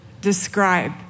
describe